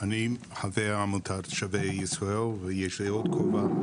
אני חבר עמותת "שבי ישראל" ויש לי עוד כובע,